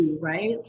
right